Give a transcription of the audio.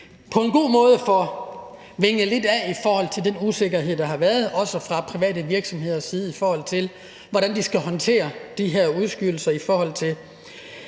på en god måde får vinget noget af i forhold til den usikkerhed, der har været, også fra private virksomheders side, med hensyn til hvordan de skal håndtere de her udskydelser, når det